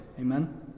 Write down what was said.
Amen